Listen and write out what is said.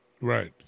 Right